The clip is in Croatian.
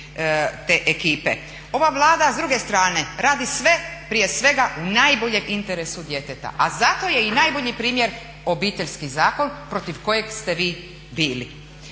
te ekipe. Ova Vlada s druge strane radi sve prije svega u najboljem interesu djeteta, a za to je i najbolji primjer Obiteljski zakon protiv kojeg ste vi bili.